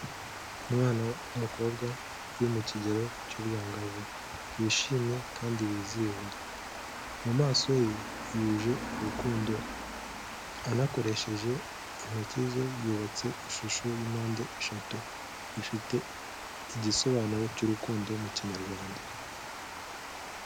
Umwana w'umukobwa, uri mu kigero cy'ubwangavu, wishimye kandi wizihiwe, mu maso ye yuje urukundo, anakoresheje intoki ze yubatse ishusho y'impande eshatu, zifite igisobanuro cy'urukundo mu kinyarwanda.